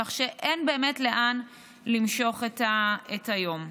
כך שאין באמת לאן למשוך את היום.